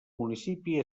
municipi